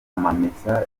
amamesa